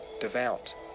devout